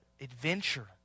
adventure